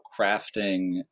crafting